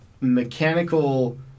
mechanical